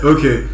Okay